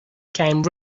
came